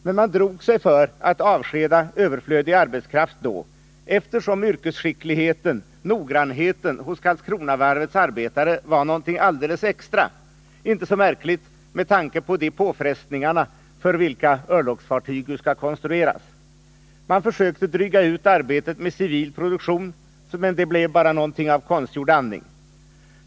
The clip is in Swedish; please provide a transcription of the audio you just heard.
Men man drog sig för att avskeda överflödig arbetskraft då, eftersom yrkesskickligheten och noggrannheten hos Karlskronavarvets arbetare tycks vara någonting alldeles extra, inte så märkligt med tanke på de påfrestningar för vilka örlogsfartyg skall konstrueras. Man försökte dryga ut arbetet med civil produktion, men det blev bara någonting i stil med konstgjord andning.